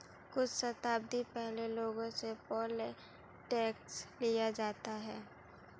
कुछ शताब्दी पहले लोगों से पोल टैक्स लिया जाता था